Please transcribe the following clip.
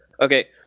Okay